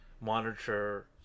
monitor